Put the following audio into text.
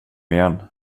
igen